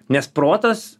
nes protas